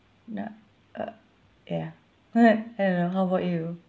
no uh ya what I don't know how about you